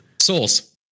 Source